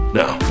now